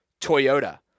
Toyota